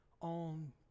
on